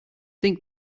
think